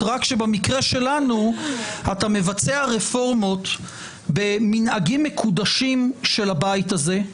רק שבמקרה שלנו אתה מבצע רפורמות במנהגים מקודשים של הבית הזה,